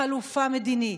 חלופה מדינית.